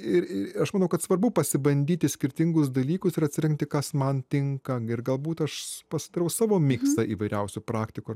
ir aš manau kad svarbu pasibandyti skirtingus dalykus ir atsirinkti kas man tinka ir galbūt aš pasidarau savo miksą įvairiausių praktikų